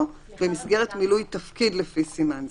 או במסגרת מילוי תפקיד לפי סימן זה.